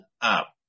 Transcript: up